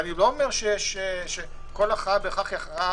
אני לא אומר שכל הכרעה היא אופטימלית.